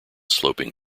sloping